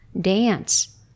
Dance